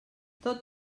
tot